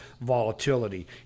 volatility